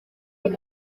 nzu